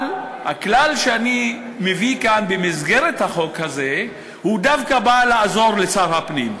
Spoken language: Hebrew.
אבל הכלל שאני מביא כאן במסגרת החוק הזה דווקא בא לעזור לשר הפנים.